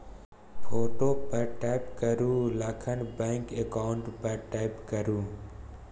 photo पर tap करु तखन बैंक अकाउंट पर टैप करु